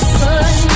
sun